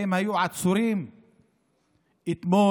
האם היו עצורים אתמול?